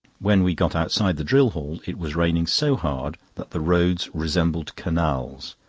when we got outside the drill hall it was raining so hard that the roads resembled canals,